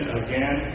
again